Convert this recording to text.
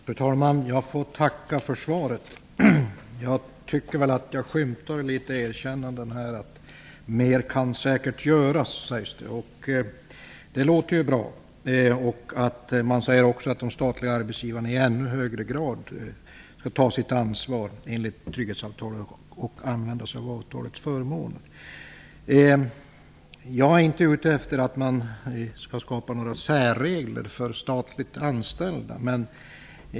Fru talman! Jag tackar för svaret. Jag tycker mig skymta något av ett erkännande här. Mer kan säkert göras, sägs det. Det låter bra. Det sägs också att de statliga arbetsgivarna i ännu högre grad skall ta sitt ansvar enligt trygghetsavtalet och använda sig av avtalets förmåner. Jag är inte ute efter att det skall skapas särregler för statligt anställda.